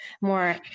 more